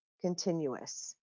continuous